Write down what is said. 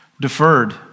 deferred